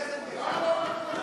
משרד ראש הממשלה,